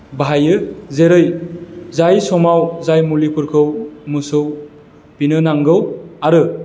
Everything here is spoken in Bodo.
बाहायो जेरै जाय समाव जाय मुलिफोरखौ मोसौनो नांगौ आरो